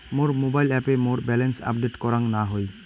মোর mobile অ্যাপে মোর balance update করাং না হই